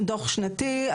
דו"ח שנתי,